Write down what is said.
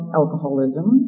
alcoholism